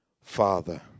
Father